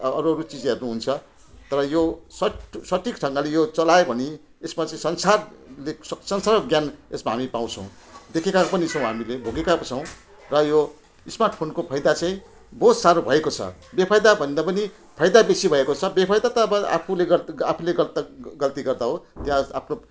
अरू अरू चिज हेर्नुहुन्छ तर यो सठ सठिकसँगले यो चलायो भने यसमा चाहिँ संसार देख् संसारको ज्ञान यसमा हामी पाउँछौँ देखेका पनि छौँ हामीले भोगेका पनि छौँ र यो स्मार्ट फोनको फाइदा चाहिँ बहुत साह्रो भएको छ बेफाइदाभन्दा पनि फाइदा बेसी भएको बेफाइदा अब आफूले गर्दा आफूले गर्दा गल्ती गर्दा हो त्यहाँ आफ्नो